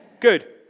Good